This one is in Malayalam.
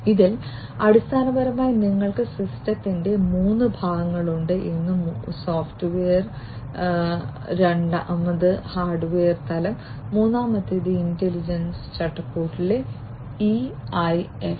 ഇതിൽ അടിസ്ഥാനപരമായി നിങ്ങൾക്ക് സിസ്റ്റത്തിന്റെ 3 ഭാഗങ്ങളുണ്ട് ഒന്ന് സോഫ്റ്റ്വെയർ വിമാനം രണ്ടാമത്തേത് ഹാർഡ്വെയർ തലം മൂന്നാമത്തേത് ഇന്റലിജൻസ് ചട്ടക്കൂടിലെ ഇഐഎഫ്